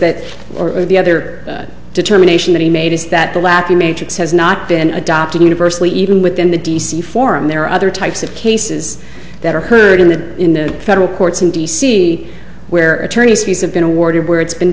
that or the other determination that he made is that the last few matrix has not been adopted universally even within the d c forum there are other types of cases that are heard in the federal courts in d c where attorneys fees have been awarded where it's been